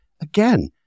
again